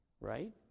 right